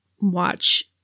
watch